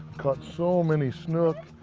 caught so many snook,